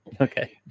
Okay